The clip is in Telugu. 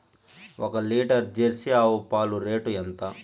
ఒక లీటర్ జెర్సీ ఆవు పాలు రేటు ఎంత?